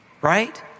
right